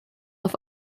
auf